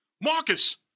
Marcus